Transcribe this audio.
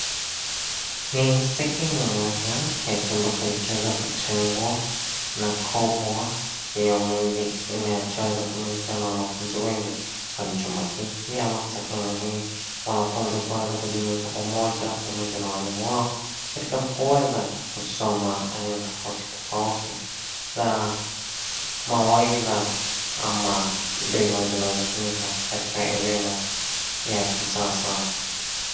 Ukumbi mkubwa uliojaa viti vyeusi, vikiwa vimepangwa safu mbili ndefu. Kuta ni nyeupe, na kuna madirisha juu. Jukwaa lina milango miekundu na kuna spika zimeining'inia. Sakafu inaonekana ya mbao. Ni eneo zuri la mikutano au matamasha.